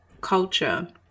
culture